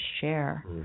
share